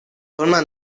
forma